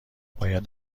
باید